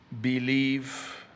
believe